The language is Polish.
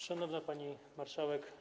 Szanowna Pani Marszałek!